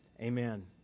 Amen